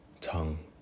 Tongue